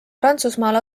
prantsusmaal